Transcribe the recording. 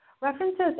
References